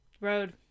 Road